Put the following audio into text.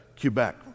Quebec